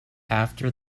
after